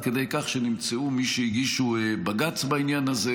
עד כדי כך שנמצאו מי שהגישו בג"ץ בעניין הזה,